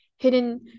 hidden